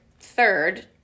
third